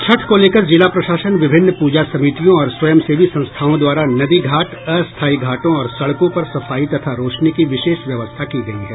छठ को लेकर जिला प्रशासन विभिन्न पूजा समितियों और स्वयं सेवी संस्थाओं द्वारा नदी घाट अस्थायी घाटों और सड़कों पर सफाई तथा रौशनी की विशेष व्यवस्था की गयी है